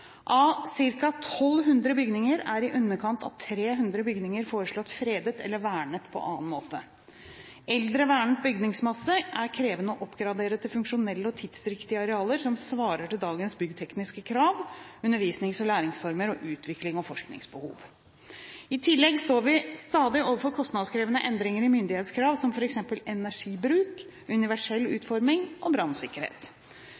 foreslått fredet eller vernet på annen måte. Eldre, vernet bygningsmasse er krevende å oppgradere til funksjonelle og tidsriktige arealer som svarer til dagens byggtekniske krav, undervisnings- og læringsformer og utviklings- og forskningsbehov. I tillegg står vi stadig overfor kostnadskrevende endringer i myndighetskrav, som f.eks. energibruk, universell